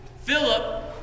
Philip